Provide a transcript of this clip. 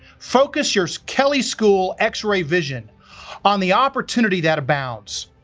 focus your kelley school x-ray vision on the opportunity that abounds,